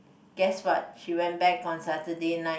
guess what she went back on Saturday night